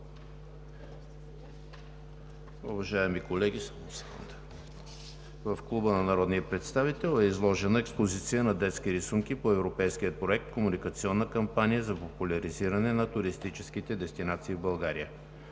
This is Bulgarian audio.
в Клуба на народния представител е изложена експозиция на детски рисунки по Европейския проект „Комуникационна кампания за популяризиране на туристическите дестинации в България“.